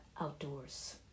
outdoors